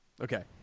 Okay